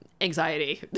anxiety